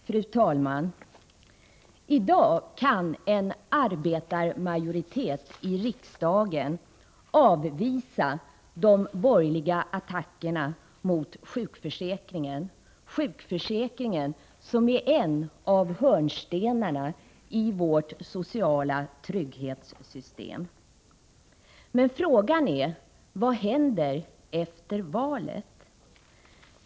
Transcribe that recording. Fru talman! I dag kan en arbetarmajoritet i riksdagen avvisa de borgerliga attackerna mot sjukförsäkringen, den sjukförsäkring som är en av hörnstenarna i vårt sociala trygghetssystem. Men frågan är: Vad händer efter valet?